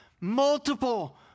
multiple